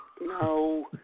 No